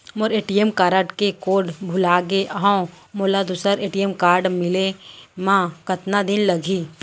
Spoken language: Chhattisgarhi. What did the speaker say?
मोर ए.टी.एम कारड के कोड भुला गे हव, मोला दूसर ए.टी.एम मिले म कतका दिन लागही?